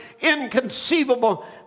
inconceivable